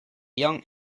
young